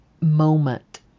moment